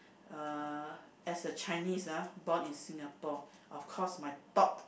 uh as a Chinese ah born in Singapore of course my top